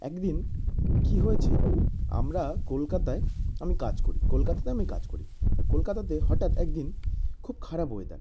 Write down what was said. এক দিন কী হয়েছে আমরা কলকাতায় আমি কাজ করি কলকাতাতে আমি কাজ করি আর কলকাতাতে হটাৎ এক দিন খুব খারাপ ওয়েদার